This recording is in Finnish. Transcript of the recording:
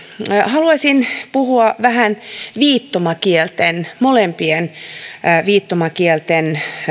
haluaisin puhua vähän viittomakielten molempien viittomakielten asemasta